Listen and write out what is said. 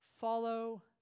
follow